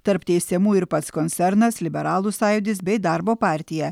tarp teisiamųjų ir pats koncernas liberalų sąjūdis bei darbo partija